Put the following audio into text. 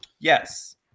Yes